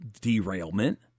derailment